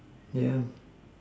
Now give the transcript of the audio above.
yeah